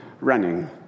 running